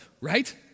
right